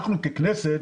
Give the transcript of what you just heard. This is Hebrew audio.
אנחנו ככנסת